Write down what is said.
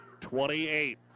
28